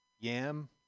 Yam